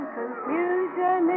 confusion